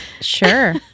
Sure